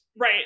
Right